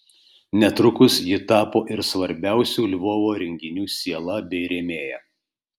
netrukus ji tapo ir svarbiausių lvovo renginių siela bei rėmėja